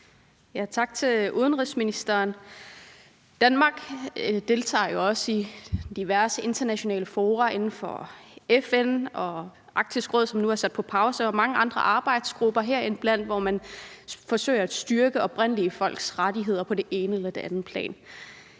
Tak til udenrigsministeren. Danmark deltager jo også i diverse internationale fora inden for FN og Arktisk Råd, som nu er sat på pause, og mange andre arbejdsgrupper, hvor man bl.a. forsøger at styrke oprindelige folks rettigheder på det ene eller det andet plan.